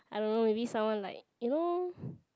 I don't know maybe someone like you know